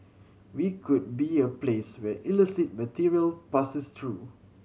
we could be a place where illicit material passes through